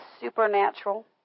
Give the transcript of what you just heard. supernatural